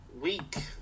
Week